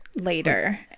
later